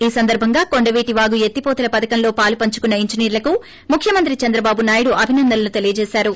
ఈ సందర్బముగా కొండవీటి వాగు ఎత్తిపోతల పథకంలో పాలుపంచుకున్న ఇంజినీర్లకు ముఖ్యమంత్రి చంద్రబాబు నాయుడు అభినందనలు తెలియజేసారు